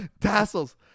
Tassels